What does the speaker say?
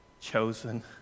chosen